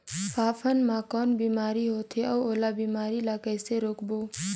फाफण मा कौन बीमारी होथे अउ ओला बीमारी ला कइसे रोकबो?